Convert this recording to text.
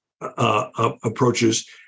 approaches